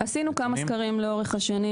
עשינו כמה סקרים לאורך השנים,